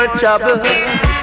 trouble